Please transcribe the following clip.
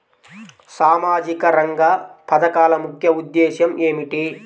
సామాజిక రంగ పథకాల ముఖ్య ఉద్దేశం ఏమిటీ?